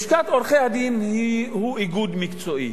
לשכת עורכי-הדין היא איגוד מקצועי,